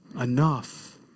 Enough